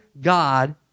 God